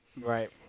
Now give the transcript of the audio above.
Right